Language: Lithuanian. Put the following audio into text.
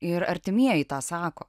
ir artimieji tą sako